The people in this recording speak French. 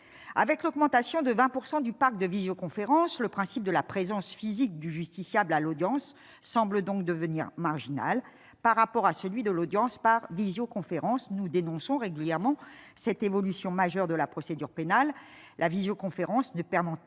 avec l'augmentation de 20 pourcent du parc de visioconférence, le principe de la présence physique du justiciable à l'audience, semble donc devenir marginal par rapport à celui de l'audience par visioconférence, nous dénonçons régulièrement cette évolution majeure de la procédure pénale, la visioconférence ne permet ne permettant